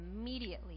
immediately